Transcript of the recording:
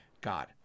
God